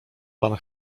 pan